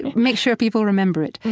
make sure people remember it.